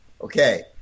Okay